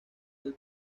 del